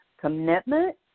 commitment